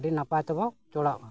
ᱟᱹᱰᱤ ᱱᱟᱯᱟᱭ ᱛᱮᱵᱚ ᱪᱚᱲᱟᱜᱼᱟ